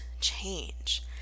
change